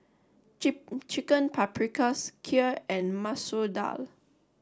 Chicken Paprikas Kheer and Masoor Dal